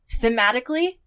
thematically